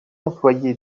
employé